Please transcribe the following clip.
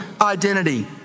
identity